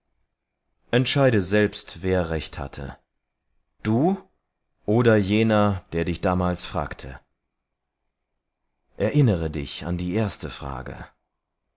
entscheide selber wer damals recht hatte du oder der dich fragte erinnere dich der ersten frage